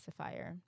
specifier